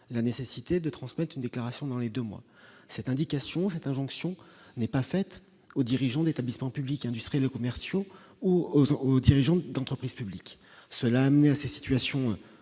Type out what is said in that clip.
la nécessité de transmettre une déclaration dans les 2 mois cette indication, cette injonction n'est pas faite aux dirigeants d'établissements publics industrie le commerciaux ou aux dirigeants d'entreprises publiques cela mené à ces situations